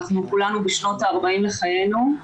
אנחנו כולנו בשנות ה-40 לחיינו,